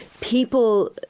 people